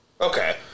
Okay